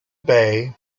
bay